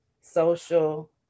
social